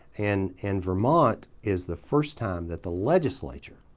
and and vermont is the first time that the legislature,